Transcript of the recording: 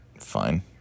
fine